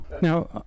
Now